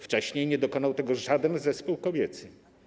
Wcześniej nie dokonał tego żaden zespół kobiecy.